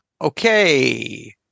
Okay